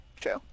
True